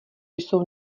jsou